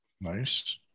Nice